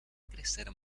crecer